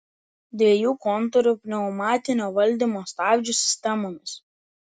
dviejų kontūrų pneumatinio valdymo stabdžių sistemomis